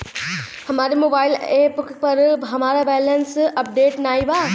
हमरे mobile app पर हमार बैलैंस अपडेट नाई बा